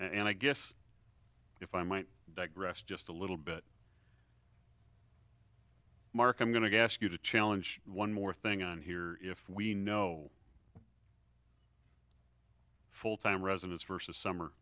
and i guess if i might digress just a little bit mark i'm going to get you to challenge one more thing on here if we know full time residents versus summer